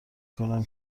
کنم